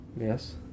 Yes